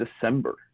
December